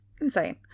insane